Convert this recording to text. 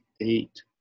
eight